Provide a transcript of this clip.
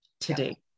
today